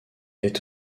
est